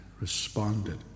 responded